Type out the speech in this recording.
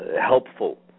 helpful